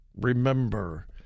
remember